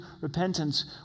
repentance